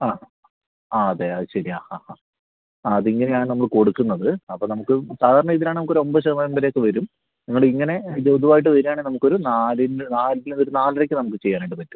ആ ആ അതെ അതു ശരിയാണ് ആ ആ അതിങ്ങനെയാണ് നമ്മൾ കൊടുക്കുന്നത് അപ്പം നമുക്ക് സാധാരണ ഇതിനാണെങ്കിൽ നമുക്ക് ഒരൊമ്പത് ശതമാനം വരെയൊക്കെ വരും നിങ്ങൾ ഇങ്ങനെ ഇത് ഇതുമായിട്ട് വരികയാണെങ്കിൽ നമുക്കൊരു നാലിൻ്റെ നാലില് ഒരു നാലരയ്ക്ക് നമുക്ക് ചെയ്യാനായിട്ട് പറ്റും